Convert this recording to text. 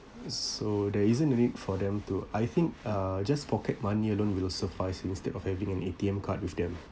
so there isn't a need for them to I think uh just pocket money alone will suffice instead of having an A_T_M card with them